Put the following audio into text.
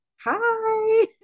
Hi